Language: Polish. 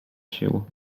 sił